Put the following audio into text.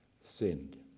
sinned